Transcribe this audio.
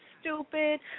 stupid